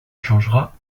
changera